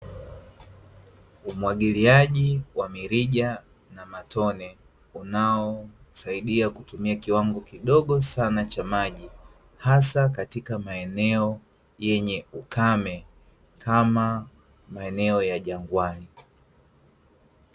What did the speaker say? Umwagiliaji wa mirija na matone unaosaidia kutumia kiwango kidogo sana cha maji hasa katika maeneo yenye ukame, kama maeneo ya jangwani .